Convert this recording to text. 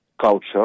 culture